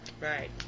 Right